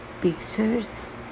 pictures